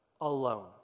alone